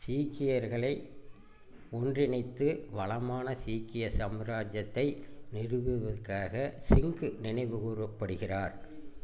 சீக்கியர்களை ஒன்றிணைத்து வளமான சீக்கிய சாம்ராஜ்யத்தை நிறுவிவுவதற்காக சிங் நினைவுகூறப்படுகிறார்